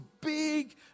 big